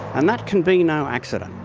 and that can be no accident.